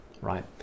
right